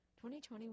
2020